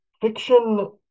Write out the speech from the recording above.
fiction